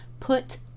put